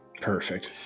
Perfect